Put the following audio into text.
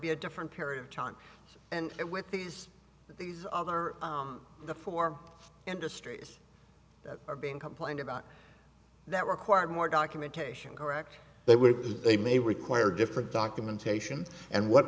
be a different period of time and with these but these are the four industries that are being complained about that required more documentation correct they were they may require different documentation and what